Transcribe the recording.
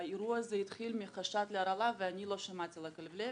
האירוע הזה התחיל מחשד להרעלה ואני לא שמעתי על הכלבלבת.